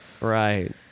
Right